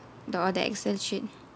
the or the Excel sheet